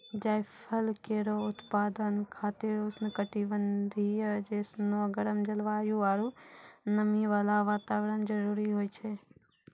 जायफल केरो उत्पादन खातिर उष्ण कटिबंधीय जैसनो गरम जलवायु आरु नमी वाला वातावरण जरूरी होय छै